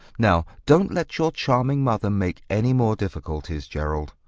now, don't let your charming mother make any more difficulties, gerald.